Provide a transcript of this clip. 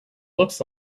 looks